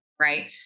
Right